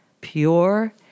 pure